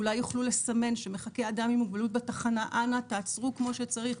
אולי יוכלו לסמן שמחכה אדם עם מוגבלות בתחנה: אנא תעצרו כפי שצריך,